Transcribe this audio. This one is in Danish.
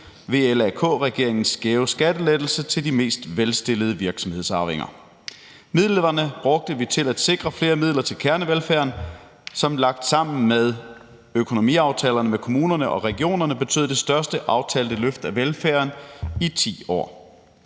VLAK-regeringens skæve skattelettelse til de mest velstillede virksomhedsarvinger. Pengene brugte vi til at sikre flere midler til kernevelfærden, som lagt sammen med økonomiaftalerne med kommunerne og regionerne betød det største aftalte løft af velfærden i 10 år.